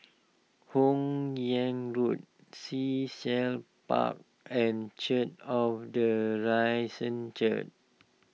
Hun Yeang Road Sea Shell Park and cheer of the Risen cheer